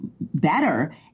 better